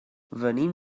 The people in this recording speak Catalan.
venim